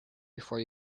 before